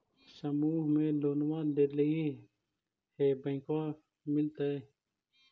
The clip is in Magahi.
समुह मे लोनवा लेलिऐ है बैंकवा मिलतै?